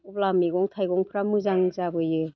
अब्ला मैगं थाइगंफ्रा मोजां जाबोयो